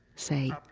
say,